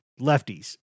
lefties